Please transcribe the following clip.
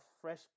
fresh